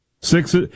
Six